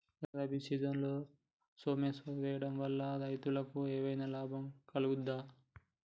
రబీ సీజన్లో సోమేశ్వర్ వేయడం వల్ల రైతులకు ఏమైనా లాభం కలుగుద్ద?